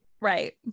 right